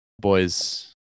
boys